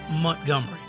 Montgomery